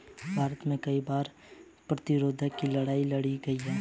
भारत में कई बार कर प्रतिरोध की लड़ाई लड़ी गई है